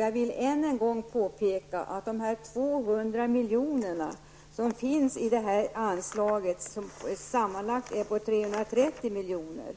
Jag vill än en gång påpeka att 200 miljoner av anslaget som sammanlagt är 330 miljoner